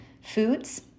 foods